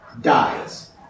dies